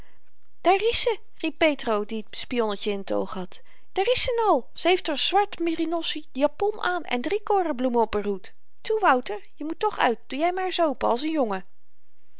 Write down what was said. daar is ze riep petro die t spionnetjen in t oog had daar is ze n al ze heeft r zwart merinossen japon aan en drie korenbloemen op r hoed toe wouter je moet toch uit doe jy maar ns open als n jongen